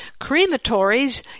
Crematories